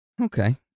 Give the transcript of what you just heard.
Okay